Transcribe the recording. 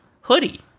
hoodie